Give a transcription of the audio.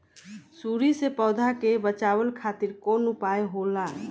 सुंडी से पौधा के बचावल खातिर कौन उपाय होला?